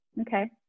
Okay